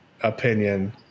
opinion